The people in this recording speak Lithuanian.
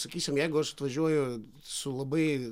sakysim jeigu aš atvažiuoju su labai